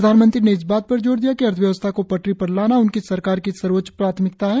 प्रधानमंत्री ने इस बात पर जोर दिया कि अर्थव्यवस्था को पटरी पर लाना उनकी सरकार की सर्वोच्च प्राथमिकता है